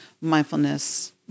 mindfulness